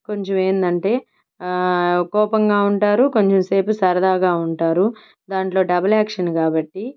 కొంచెం ఏందంటే కోపంగా ఉంటారు కొంచెం సేపు సరదాగా ఉంటారు దాంట్లో డబల్ యాక్షన్ కాబట్టి